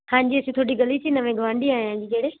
ਹਾਂਜੀ ਅਸੀਂ ਤੁਹਾਡੀ ਗਲੀ 'ਚ ਨਵੇਂ ਗੁਆਂਢੀ ਆਏ ਹਾਂ ਜੀ ਜਿਹੜੇ